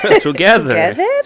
Together